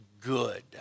good